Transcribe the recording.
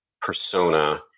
persona